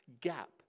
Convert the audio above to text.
gap